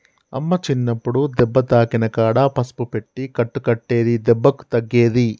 అమ్మ చిన్నప్పుడు దెబ్బ తాకిన కాడ పసుపు పెట్టి కట్టు కట్టేది దెబ్బకు తగ్గేది